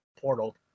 portal